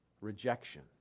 rejection